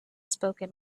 spoken